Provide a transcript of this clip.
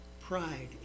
pride